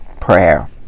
prayer